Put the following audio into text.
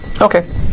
okay